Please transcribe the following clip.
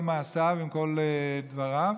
כל מעשיו ועל דבריו,